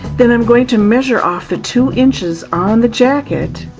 then i'm going to measure off the two inches on the jacket,